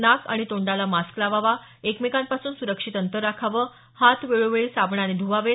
नाक आणि तोंडाला मास्क लावावा एकमेकांपासून सुरक्षित अंतर राखावं हात वेळोवेळी साबणाने ध्वावेत